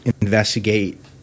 investigate